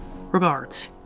Regards